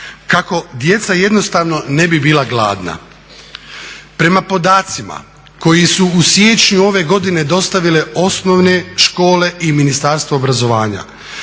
kako djeca jednostavno ne bi bila gladna. Prema podacima koji su u siječnju ove godine dostavile osnovne škole i Ministarstvo obrazovanja,